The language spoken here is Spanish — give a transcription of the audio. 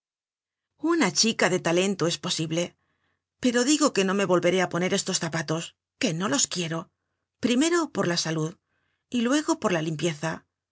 una chica de talento es posible pero digo que no me volveré á poner estos zapatos que no los quiero primero por la salud y luego por la limpieza